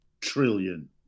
trillion